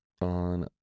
on